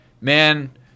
man